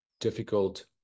difficult